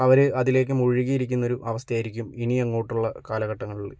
അവര് അതിലേക്ക് മുഴുകിയിരിക്കുന്ന ഒരാവസ്ഥയായിരിക്കും ഇനിയങ്ങോട്ടുള്ള കാലഘട്ടങ്ങളില്